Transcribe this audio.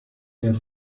mehr